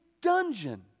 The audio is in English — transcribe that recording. dungeon